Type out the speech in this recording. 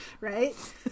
Right